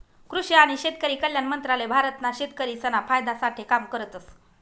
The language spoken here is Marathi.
कृषि आणि शेतकरी कल्याण मंत्रालय भारत ना शेतकरिसना फायदा साठे काम करतस